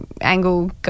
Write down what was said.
angle